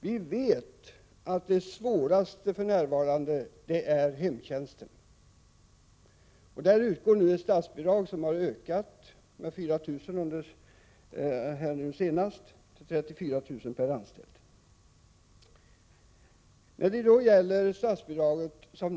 Vi vet att de svåraste personalproblemen för närvarande finns inom hemtjänsten. På detta område utgår statsbidrag per anställd. Det har nyligen ökat med 4 000 kr. till 34 000 kr. per år och anställd.